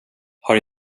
har